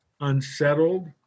unsettled